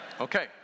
Okay